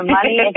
Money